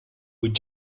vuit